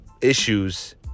issues